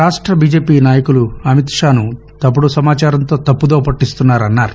రాష్ట బీజేపీ నాయకులు అమిత్షాను తప్పుడు సమాచారంతో తప్పుదోవ పట్టిస్తున్నారన్నారు